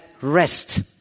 rest